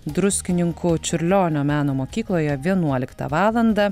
druskininkų čiurlionio meno mokykloje vienuoliktą valandą